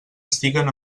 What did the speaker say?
estiguen